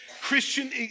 Christian